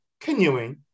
canoeing